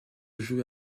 jouer